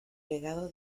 legado